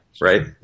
right